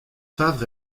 fabre